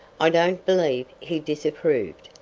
i don't believe he disapproved,